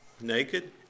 naked